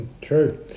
True